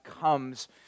comes